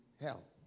hell